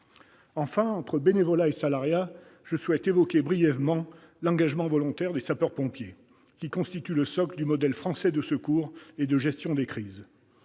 Enfin, entre bénévolat et salariat, j'évoquerai brièvement l'engagement volontaire des sapeurs-pompiers, qui constitue le socle du modèle français de secours et de gestion des crises.